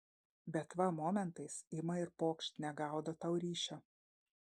bet va momentais ima ir pokšt negaudo tau ryšio